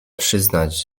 przyznać